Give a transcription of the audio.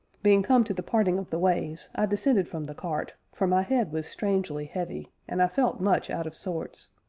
being come to the parting of the ways, i descended from the cart, for my head was strangely heavy, and i felt much out of sorts,